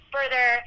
Further